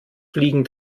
fliegen